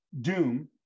doom